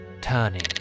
turning